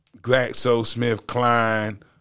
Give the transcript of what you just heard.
GlaxoSmithKline